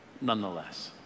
nonetheless